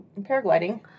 paragliding